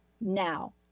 now